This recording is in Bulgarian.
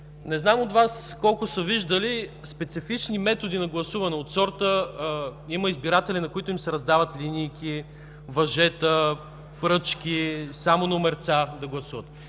Не знам колко от Вас са виждали специфични методи на гласуване от сорта – има избиратели, на които им се раздават линийки, въжета, пръчки, само номерца да гласуват,